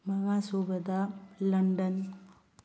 ꯃꯉꯥꯁꯨꯕꯗ ꯂꯟꯗꯟ